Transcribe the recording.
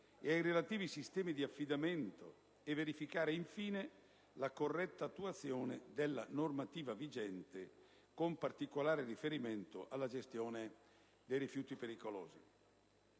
e ai relativi sistemi di affidamento e verificare, infine, la corretta attuazione della normativa vigente, con particolare riferimento alla gestione dei rifiuti pericolosi.